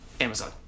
amazon